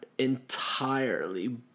entirely